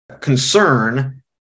Concern